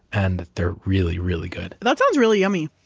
and they're really, really good that sounds really yummy.